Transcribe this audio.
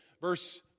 Verse